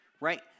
right